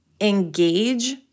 engage